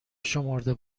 شمرده